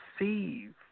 receive